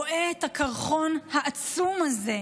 רואה את הקרחון העצום הזה,